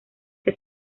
que